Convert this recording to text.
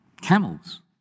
Camels